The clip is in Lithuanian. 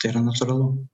tai yra natūralu